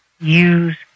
use